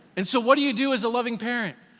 and so what do you do as the loving parent?